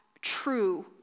true